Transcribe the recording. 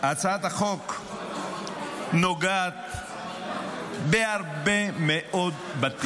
הצעת החוק נוגעת בהרבה מאוד בתים.